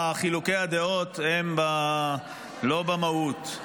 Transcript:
חילוקי הדעות הם לא במהות,